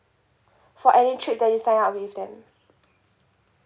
for any trip that you sign up with them